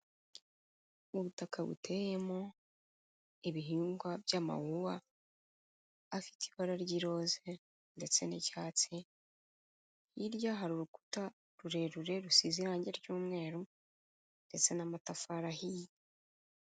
Ubutaka buteyemo ibihingwa by'amawuwa afite ibara ry'iroza ndetse n'icyatsi, hirya hari urukuta rurerure rusize irangi ry'umweru ndetse n'amatafari ahiye.